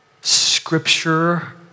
Scripture